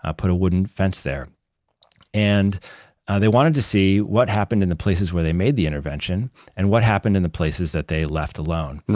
ah put a wooden fence there and they wanted to see what happened in the places where they made the intervention and what happened in the places that they left alone.